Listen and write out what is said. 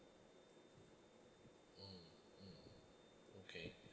mmhmm okay